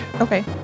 Okay